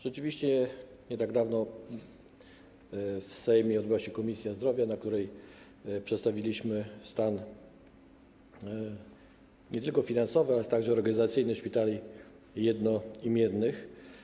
Rzeczywiście nie tak dawno temu w Sejmie odbyło się posiedzenie Komisji Zdrowia, na którym przedstawiliśmy stan nie tylko finansowy, ale także organizacyjny szpitali jednoimiennych.